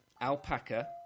Alpaca